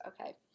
okay